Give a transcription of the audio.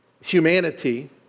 humanity